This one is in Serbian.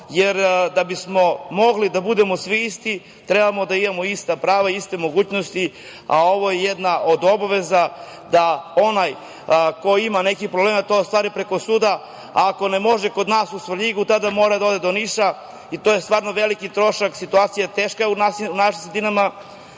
jer da bismo mogli da budemo svi isti treba da imamo ista prava i iste mogućnosti, a ovo je jedna od obaveza da onaj ko ima neki problem to ostvari preko suda, a ako ne može kod nas u Svrljigu tada mora da ode do Niša. To je stvarno veliki trošak. Situacija je teška. U našim sredinama